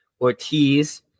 Ortiz